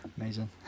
Amazing